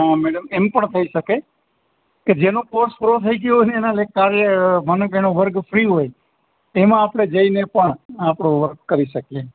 madam એમ પણ થઈ શકે કે જેનો કોર્સ પૂરો થઈ ગયો હોયને એના કાર્ય માનો કે એનો વર્ગ ફ્રી હોય તેમાં આપણે જઈને પણ આપણું વર્ક કરી શકીએ